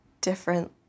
different